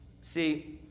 See